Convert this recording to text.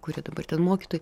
kurie dabar ten mokytojai